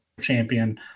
champion